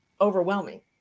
overwhelming